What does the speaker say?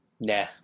Nah